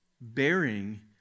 bearing